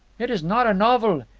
it is not a novel.